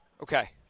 Okay